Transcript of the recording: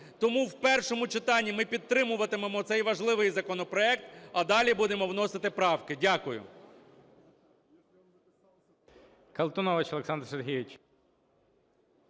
Тому в першому читанні ми підтримуватимемо цей важливий законопроект, а далі будемо вносити правки. Дякую.